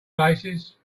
places